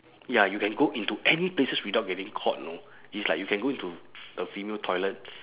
ya you can go into any places without getting caught know it's like you can go into the female toilet